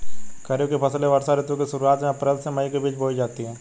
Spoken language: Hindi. खरीफ की फसलें वर्षा ऋतु की शुरुआत में अप्रैल से मई के बीच बोई जाती हैं